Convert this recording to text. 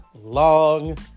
long